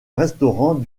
restaurant